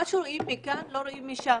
מה שרואים מכאן לא רואים משם.